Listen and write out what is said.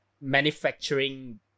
manufacturing